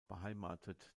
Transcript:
beheimatet